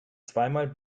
zweimal